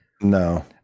No